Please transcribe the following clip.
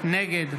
נגד